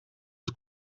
het